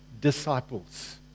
disciples